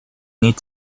need